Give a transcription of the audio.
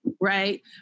right